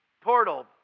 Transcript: portal